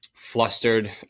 flustered